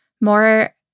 more